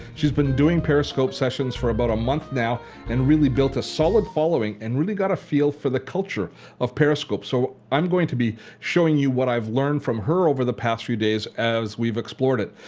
she's been doing periscope sessions for about a month now and really built a solid following and really got a feel for the culture of periscope. so i'm going to be showing you what i've learned from her over the past few days as we've explored it.